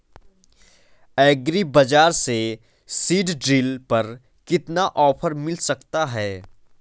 Agree Bazaar से seed drill पर कितना ऑफर मिल सकता है?